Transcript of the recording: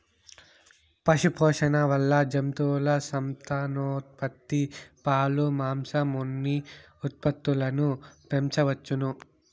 పశుపోషణ వల్ల జంతువుల సంతానోత్పత్తి, పాలు, మాంసం, ఉన్ని ఉత్పత్తులను పెంచవచ్చును